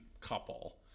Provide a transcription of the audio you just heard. couple